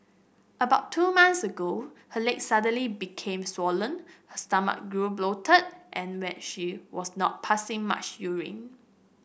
about two months ago her legs suddenly became swollen her stomach grew bloated and she was not passing much urine